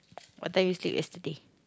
what time you sleep yesterday